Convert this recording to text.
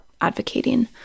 advocating